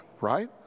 right